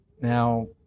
Now